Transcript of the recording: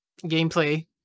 gameplay